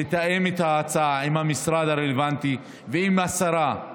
לתאם את ההצעה עם המשרד הרלוונטי ועם השרה,